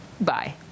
Bye